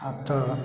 आब तऽ